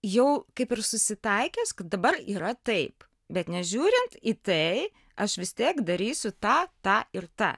jau kaip ir susitaikęs kad dabar yra taip bet nežiūrint į tai aš vis tiek darysiu tą tą ir tą